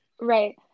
right